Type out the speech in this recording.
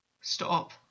Stop